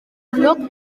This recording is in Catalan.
olor